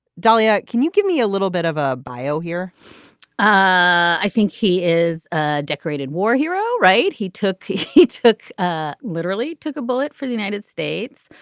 dalia can you give me a little bit of a bio here i think he is a decorated war hero right. he took he took literally took a bullet for the united states.